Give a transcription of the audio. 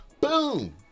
boom